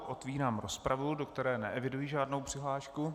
Otvírám rozpravu, do které neeviduji žádnou přihlášku.